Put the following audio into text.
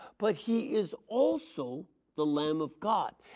but he is also the lamb of god.